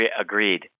agreed